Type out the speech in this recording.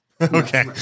okay